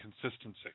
consistency